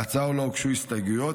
להצעה לא הוגשו הסתייגויות,